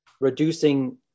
reducing